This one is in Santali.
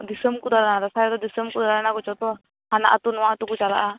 ᱫᱤᱥᱚᱢ ᱠᱚ ᱫᱟᱬᱟᱱᱟ ᱫᱟᱥᱟᱸᱭ ᱨᱮᱫᱚ ᱫᱤᱥᱚᱢ ᱠᱚ ᱫᱟᱬᱟᱱᱟ ᱠᱚ ᱡᱚᱛᱚ ᱦᱟᱱᱟ ᱟ ᱛᱩ ᱱᱚᱣᱟ ᱟ ᱛᱩ ᱠᱚ ᱪᱟᱞᱟᱜ ᱼᱟ ᱦᱩᱸ